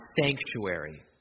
sanctuary